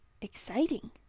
Exciting